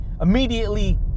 immediately